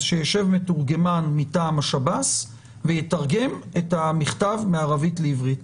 אז שיישב מתורגמן מטעם השב"ס ויתרגם את המכתב מערבית לעברית.